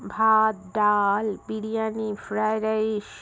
ভাত ডাল biryani fried rice